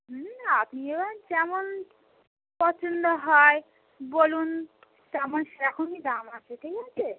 হুম আপনি এবার যেমন পছন্দ হয় বলুন তা আমার সেরকমই দাম আছে ঠিক আছে